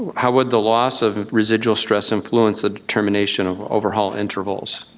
how would the loss of residual stress influence a determination of overhaul intervals?